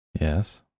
yes